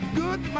good